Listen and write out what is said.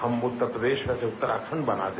हम उत्तर प्रदेश में से उतराखंड बना दे